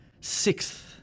Sixth